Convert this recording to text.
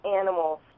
animals